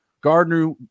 Gardner